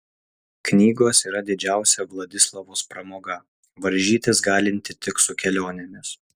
knygos yra didžiausia vladislavos pramoga varžytis galinti tik su kelionėmis